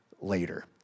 later